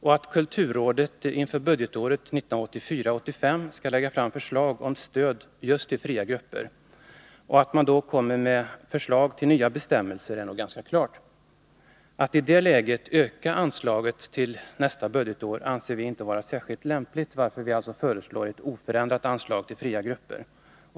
och att kulturrådet inför budgetåret 1984/85 skall lägga fram förslag om stöd till just fria grupper. Att man då kommer med förslag till nya bestämmelser är nog ganska klart. Att i det läget öka anslaget för nästa budgetår tycker vi inte är särskilt lämpligt, varför vi föreslår ett oförändrat anslag till fria grupper.